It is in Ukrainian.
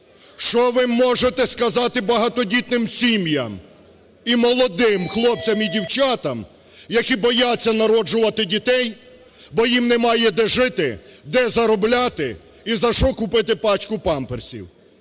Що ви можете сказати багатодітним сім'ям і молодим хлопцям і дівчатам, які бояться народжувати дітей, бо їм немає де жити, де заробляти і за що купити пачку памперсів?